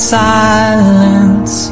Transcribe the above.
silence